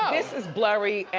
this is blurry.